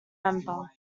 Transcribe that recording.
member